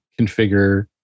configure